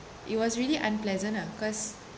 it was really unpleasant lah cause